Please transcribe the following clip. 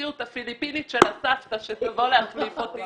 הציעו את הפיליפינית של הסבתא שתבוא להחליף אותי,